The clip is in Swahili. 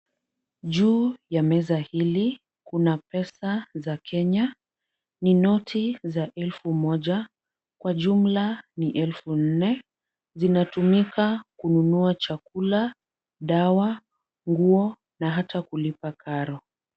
Juu ya meza hili kuna pesa za Kenya. Ni noti za elfu moja. Kwa jumla ni elfu nne. Zinatumika kununua chakula, dawa, nguo na hata kulipa karo.